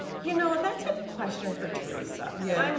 you know that's a question for teresa. yeah. um